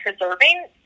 preserving